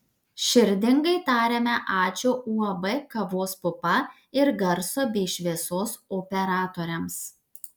širdingai tariame ačiū uab kavos pupa ir garso bei šviesos operatoriams